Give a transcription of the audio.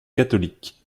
catholique